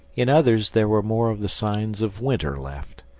in others there were more of the signs of winter left.